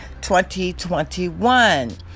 2021